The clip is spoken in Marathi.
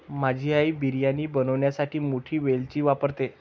माझी आई बिर्याणी बनवण्यासाठी मोठी वेलची वापरते